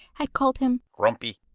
had called him grumpy.